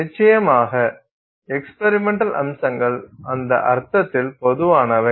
நிச்சயமாக எக்ஸ்பிரிமெண்டல் அம்சங்கள் அந்த அர்த்தத்தில் பொதுவானவை